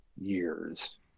years